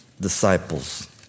disciples